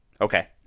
Okay